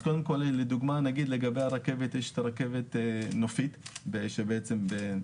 קודם כל לדוגמה נגיד יש את הרכבת נופית בנצרת